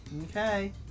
Okay